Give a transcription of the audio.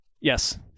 Yes